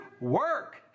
Work